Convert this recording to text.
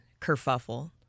kerfuffle